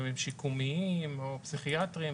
גם אם שיקומיים או פסיכיאטריים,